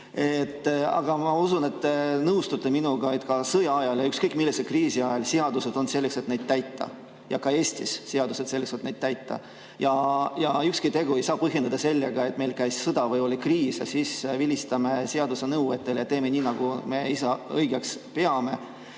Aga ma usun, et te nõustute minuga, et ka sõja ajal ja ükskõik millise kriisi ajal on seadused selleks, et neid täita, ja ka Eestis seadused on selleks, et neid täita. Ühtki tegu ei saa põhjendada sellega, et meil käis sõda või oli kriis, sellepärast vilistame seaduse nõuetele, teeme nii, nagu me ise õigeks peame.